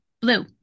blue